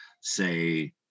say